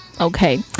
okay